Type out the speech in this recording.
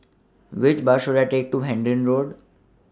Which Bus should I Take to Hendon Road